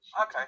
Okay